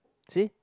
see